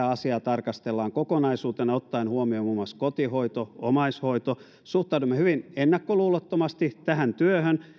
asiaa tarkastellaan kokonaisuutena ottaen huomioon muun muassa kotihoito omaishoito suhtaudumme hyvin ennakkoluulottomasti tähän työhön